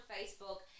Facebook